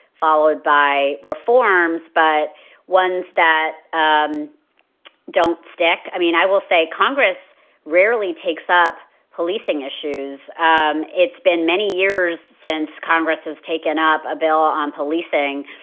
followed by reforms, but ones that um don't stick. i mean, i will say congress rarely takes up policing issues. um it's been many years since congress has taken up a bill on policing.